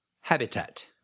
Habitat